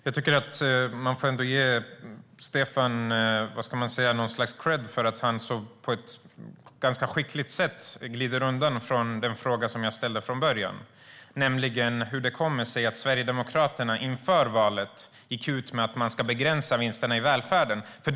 Herr talman! Jag tycker ändå att man får ge Stefan något slags kredd för att han på ett ganska skickligt sätt glider undan från den fråga jag ställde. Den handlade om hur det kommer sig att Sverigedemokraterna inför valet gick ut med att man skulle begränsa vinsterna i välfärden.